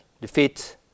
defeat